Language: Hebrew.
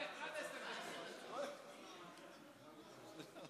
הצעת חוק מוצמדת זה עשר דקות.